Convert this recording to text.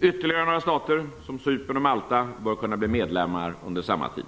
Ytterligare några stater, som Cypern och Malta, bör kunna bli medlemmar under samma tid.